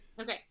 Okay